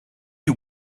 you